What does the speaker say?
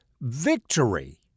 victory